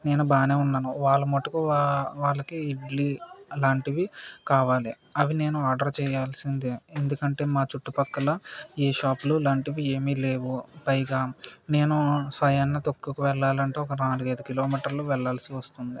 నేను బాగా ఉన్నాను వాళ్ళు మటుకు వాళ్ళకి ఇడ్లీ అలాంటివి కావాలి అవి నేను ఆర్డర్ చేయాల్సిందే ఎందుకంటే మా చుట్టుపక్కల ఏ షాపులు ఇలాంటివి ఏమీ లేవు పైగా నేను స్వయంగా తొక్కుకు వెళ్ళాలంటే ఒక నాలుగు ఐదు కిలోమీటర్లు వెళ్ళాల్సి వస్తుంది